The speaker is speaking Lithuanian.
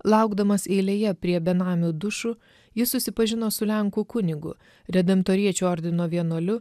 laukdamas eilėje prie benamių dušų jis susipažino su lenkų kunigu redemptoriečių ordino vienuoliu